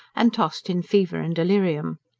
and tossed in fever and delirium.